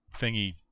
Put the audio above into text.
thingy